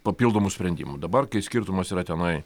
papildomų sprendimų dabar kai skirtumas yra tenai